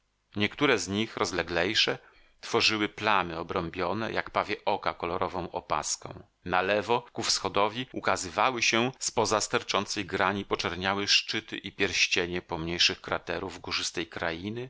niektóre z nich rozleglejsze tworzyły plamy obrąbione jak pawie oka kolorową opaską na lewo ku wschodowi ukazywały się z poza sterczącej grani poczerniałe szczyty i pierścienie pomniejszych kraterów górzystej krainy